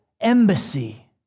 embassy